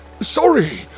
Sorry